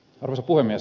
arvoisa puhemies